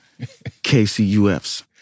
KCUFs